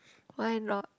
why not